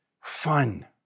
fun